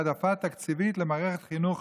העדפה תקציבית למערכת חינוך